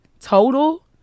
total